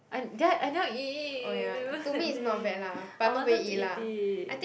I did I I never eat never that day I wanted to eat it